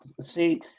See